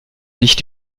nicht